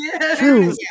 True